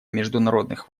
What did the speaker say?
международных